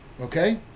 okay